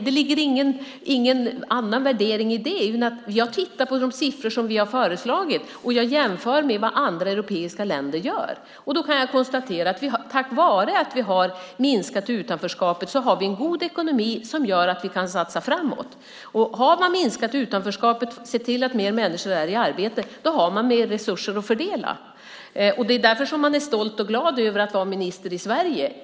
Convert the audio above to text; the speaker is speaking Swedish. Det ligger ingen värdering i det, utan jag tittar bara på de siffror som vi har föreslagit och jämför med vad andra europeiska länder gör. Då kan jag konstatera att tack vare att vi har minskat utanförskapet har vi en god ekonomi som gör att vi kan satsa framåt. Har man minskat utanförskapet och sett till att fler människor är i arbete, då har man mer resurser att fördela. Det är därför jag är stolt och glad över att vara minister i Sverige.